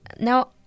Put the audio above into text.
Now